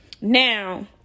Now